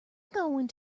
going